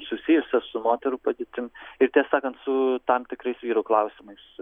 susijusias su moterų padėtim ir tiesą sakant su tam tikrais vyrų klausimais